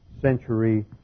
century